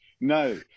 no